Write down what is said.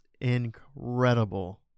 incredible